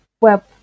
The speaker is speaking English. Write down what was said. web